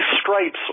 stripes